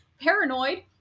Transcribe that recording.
paranoid